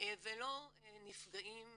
ולא נפגעים